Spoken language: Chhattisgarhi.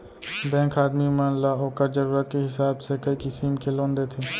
बेंक ह आदमी मन ल ओकर जरूरत के हिसाब से कई किसिम के लोन देथे